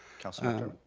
councilor